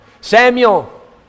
Samuel